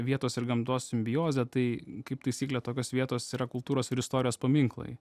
vietos ir gamtos simbiozę tai kaip taisyklė tokios vietos yra kultūros ir istorijos paminklai